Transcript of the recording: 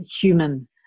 human